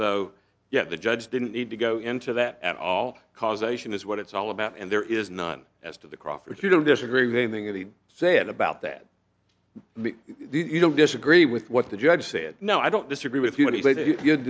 so yeah the judge didn't need to go into that at all causation is what it's all about and there is not as to the crawford you don't disagree with anything that he's saying about that you don't disagree with what the judge said no i don't disagree with you